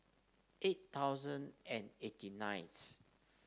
eight thousand and eighty ninth